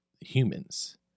humans